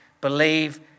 believe